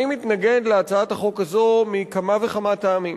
אני מתנגד להצעת החוק הזאת מכמה וכמה טעמים: